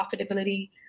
profitability